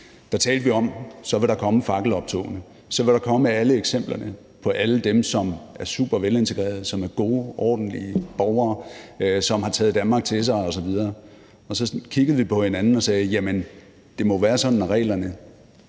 der talte vi om, at så vil der komme fakkeloptogene; så vil der komme alle eksemplerne på alle dem, som er supervelintegrerede, som er gode, ordentlige borgere, og som har taget Danmark til sig osv. Og så kiggede vi på hinanden og sagde: Jamen det må være sådan med reglerne, at de